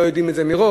לא יודעים את זה מראש.